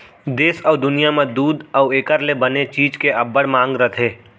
देस अउ दुनियॉं म दूद अउ एकर ले बने चीज के अब्बड़ मांग रथे